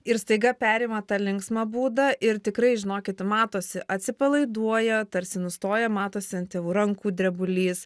ir staiga perima tą linksmą būdą ir tikrai žinokit matosi atsipalaiduoja tarsi nustoja matosi ant tėvų rankų drebulys